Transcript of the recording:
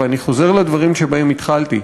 ואני חוזר לדברים שבהם התחלתי,